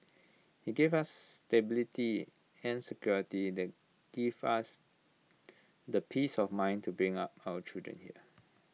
he gave us stability and security that give us the peace of mind to bring up our children here